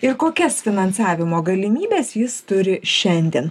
ir kokias finansavimo galimybes jis turi šiandien